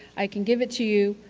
i can give it to you,